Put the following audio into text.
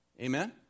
Amen